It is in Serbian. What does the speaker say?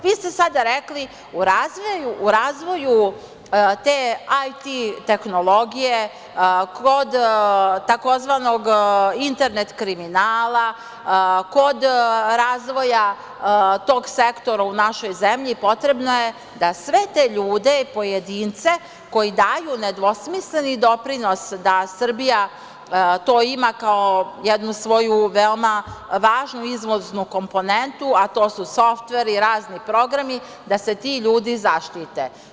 Vi ste sada rekli – u razvoju te IT tehnologije kod tzv. internet kriminala, kod razvoja tog sektora u našoj zemlji potrebno je da sve te ljude, pojedince koji daju nedvosmisleni doprinos da Srbija to ima kao jednu svoju veoma važnu izvoznu komponentu, a to su softveri, razni programi, da se ti ljudi zaštite.